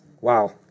Wow